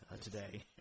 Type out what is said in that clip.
today